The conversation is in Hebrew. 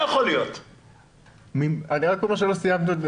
לא סיימתי את